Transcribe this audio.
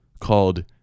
called